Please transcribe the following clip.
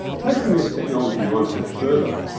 taking this technology one step further,